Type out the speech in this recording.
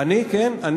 אלפיים שנה?